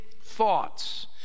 thoughts